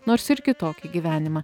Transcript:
nors ir kitokį gyvenimą